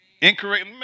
incorrect